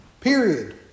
Period